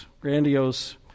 grandiose